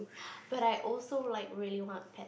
but I also like really want pet